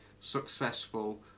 successful